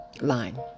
line